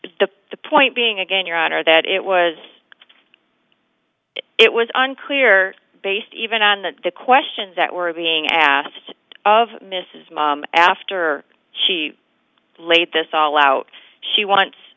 to the point being again your honor that it was it was unclear based even on the questions that were being asked of mrs ma after she laid this all out she wants